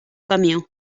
camió